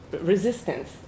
resistance